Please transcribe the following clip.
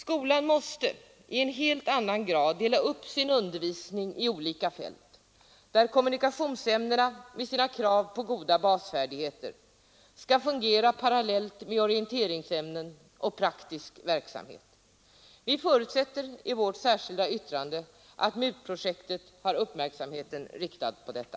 Skolan måste i en helt annan grad dela upp sin undervisning i olika fält, där kommunikationsämnena med sina krav på goda basfärdigheter skall fungera parallellt med orienteringsämnen och praktisk verksamhet. Vi förutsätter i vårt särskilda yttrande att MUT-projektet har uppmärksamheten riktad på detta.